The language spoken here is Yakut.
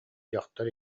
дьахтар